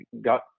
got